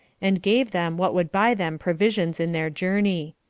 and gave them what would buy them provisions in their journey.